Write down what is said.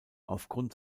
aufgrund